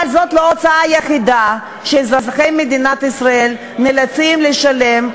אבל זאת לא ההוצאה היחידה שאזרחי מדינת ישראל נאלצים לשלם,